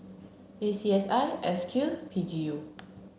A C S I S Q P G U